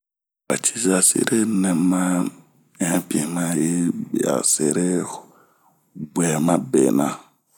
ba ciza sira nɛma-ɛnbin mayi biyaserebwɛ mabena